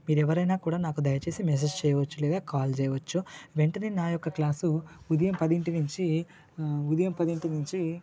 మీరు ఎవరైనా కూడా నాకు దయచేసి మెసేజ్ చేయవచ్చు లేదా కాల్ చేయవచ్చు వెంటనే నా యొక్క క్లాసు ఉదయం పదింటి నుంచి ఉదయం పదింటి నుంచి